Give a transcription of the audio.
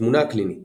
התמונה הקלינית